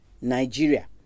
nigeria